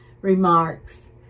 remarks